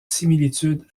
similitudes